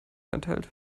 enthält